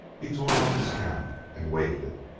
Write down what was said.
he tore off his cap and waved it.